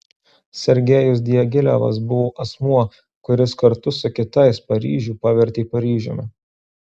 sergejus diagilevas buvo asmuo kuris kartu su kitais paryžių pavertė paryžiumi